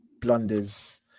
blunders